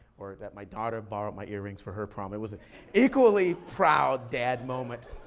or that my daughter borrowed my earrings for her prom. it was an equally proud dad moment.